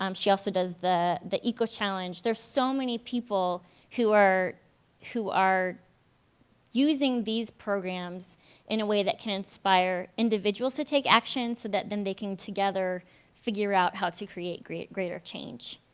um she also does the the eco-challenge, there's so many people who are who are using these programs in a way that can inspire individuals to take action so that then they can together figure out how to create create greater change.